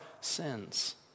sins